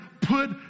put